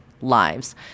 lives